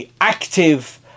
active